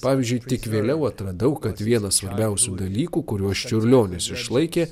pavyzdžiui tik vėliau atradau kad vienas svarbiausių dalykų kuriuos čiurlionis išlaikė